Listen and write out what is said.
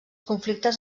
conflictes